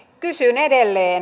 kysyn edelleen